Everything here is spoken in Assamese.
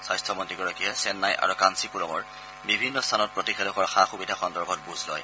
স্বাস্থ্যমন্ত্ৰীগৰাকীয়ে চেন্নাই আৰু কাঞ্চিপুৰমৰ বিভিন্ন স্থানত প্ৰতিষেধকৰ সা সুবিধা সন্দৰ্ভত বুজ লয়